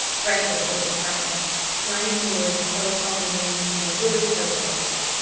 breathless with excitement flame nourice telephoned the news from the village post-office.